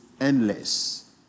endless